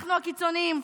אנחנו הקיצונים?